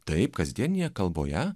taip kasdienėje kalboje